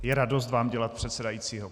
Je radost vám dělat předsedajícího.